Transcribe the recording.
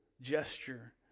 gesture